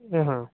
इ हा